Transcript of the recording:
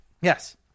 yes